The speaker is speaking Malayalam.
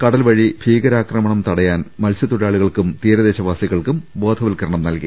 കടൽവഴി ഭീകരാക്രമണം തടയാൻ മത്സ്യത്തൊഴിലാളികൾക്കും തീരദേശവാസി കൾക്കും ബോധവൽക്കരണം നടത്തി